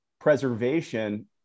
preservation